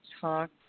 talk